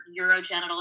urogenital